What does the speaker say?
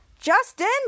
Justin